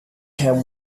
care